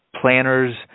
planners